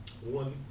One